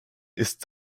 ist